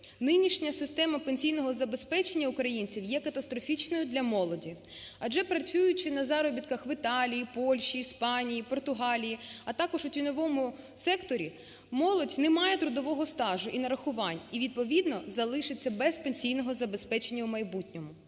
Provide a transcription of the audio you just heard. нинішня система пенсійного забезпечення українців є катастрофічною для молоді. Адже, працюючи на заробітках в Італії, Польщі, Іспанії, Португалії, а також у тіньовому секторі, молодь не має трудового стажу і нарахувань і відповідно залишиться без пенсійного забезпечення у майбутньому.